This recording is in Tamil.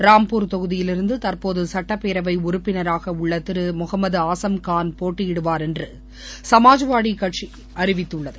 ராம்பூர் தொகுதியிலிருந்து தற்போது சுட்டப்பேரவை உறுப்பினராக உள்ள திரு முகமது ஆசம்கான் போட்டியிடுவார் என்று சமாஜ்வாதி கட்சி அறிவித்துள்ளது